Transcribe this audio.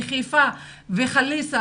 וחיפה וחליסה